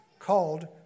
called